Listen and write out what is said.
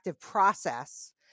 process